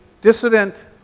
dissident